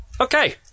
Okay